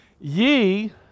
Ye